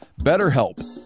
BetterHelp